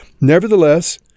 Nevertheless